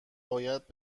باید